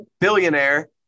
billionaire